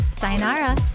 Sayonara